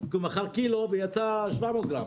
כי הוא מכר קילו ויצא 700 גרם.